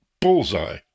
bullseye